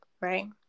Right